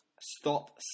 stop